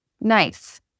nice